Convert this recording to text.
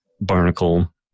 Barnacle